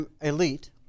elite